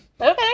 Okay